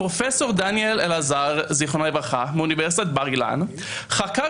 פרופ' דניאל אלעזר ז"ל מאוניברסיטת בר אילן חקר